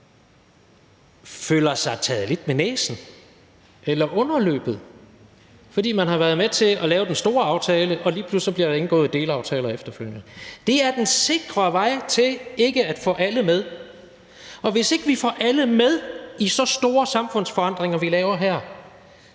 føler sig taget lidt ved næsen eller underløbet, fordi man har været med til at lave den store aftale og der så lige pludselig efterfølgende bliver indgået delaftaler. Det er den sikre vej til ikke at få alle med, og hvis ikke vi får alle med i så store samfundsforandringer, som vi her